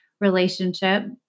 relationship